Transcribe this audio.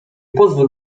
pozwól